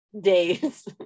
days